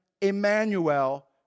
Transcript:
Emmanuel